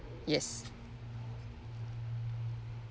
yes